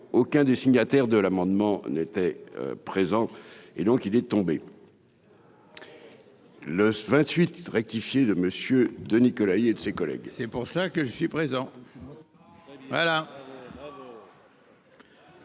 aucun des signataires de l'amendement n'était présent, et donc il est tombé. Le vingt-huit rectifié de monsieur de Nicolas et de ses collègues, c'est pour ça que je suis présent. Bien